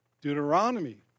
Deuteronomy